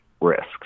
risks